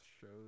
shows